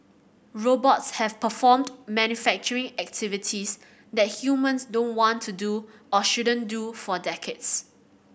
robots have performed manufacturing activities that humans don't want to do or shouldn't do for decades